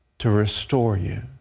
to restore you,